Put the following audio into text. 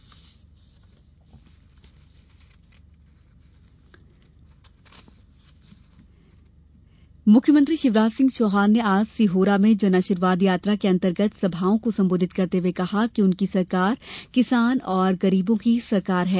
जनआशीर्वाद यात्रा मुख्यमंत्री शिवराज सिंह चौहान ने आज सिहोरा में जनआशीर्वाद यात्रा के अंतर्गत सभाओं को सम्बोधित करते हुए कहा कि उनकी सरकार किसान और गरीबों की सरकार है